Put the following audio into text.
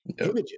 images